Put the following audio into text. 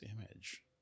image